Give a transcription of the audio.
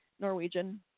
Norwegian